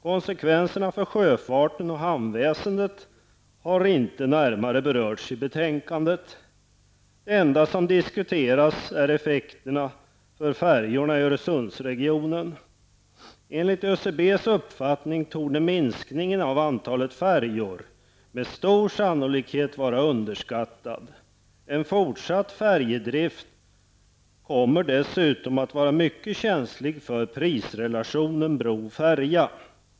Konsekvenserna för sjöfarten och hamnväsendet har inte närmare berörts i betänkandet. Det enda som diskuteras är effekterna för färjorna i Öresundsregionen. Enligt ÖCBs uppfattning torde minskningen av antalet färjor med stor sannolikhet vara underskattad. En fortsatt färjedrift kommer dessutom att vara mycket känslig för prisrelationen bro--färja.